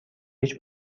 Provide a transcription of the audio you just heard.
هیچ